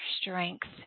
strength